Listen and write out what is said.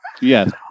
Yes